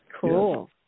Cool